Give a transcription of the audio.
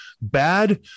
Bad